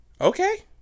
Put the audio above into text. Okay